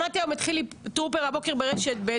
שמעתי הבוקר את חילי טרופר ברשת ב',